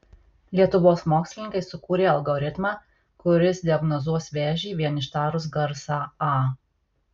lietuvos mokslininkai sukūrė algoritmą kuris diagnozuos vėžį vien ištarus garsą a